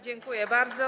Dziękuję bardzo.